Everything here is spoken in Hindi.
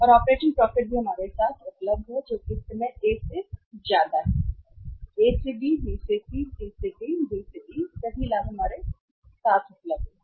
और ऑपरेटिंग प्रॉफिट भी हमारे साथ उपलब्ध है जो कि इस समय ए से ज्यादा है A से B B से C C से D D से E सभी लाभ हमारे साथ उपलब्ध हैं